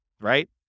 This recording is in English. right